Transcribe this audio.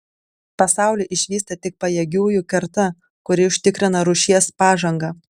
pasaulį išvysta tik pajėgiųjų karta kuri užtikrina rūšies pažangą